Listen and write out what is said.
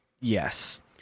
Yes